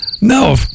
No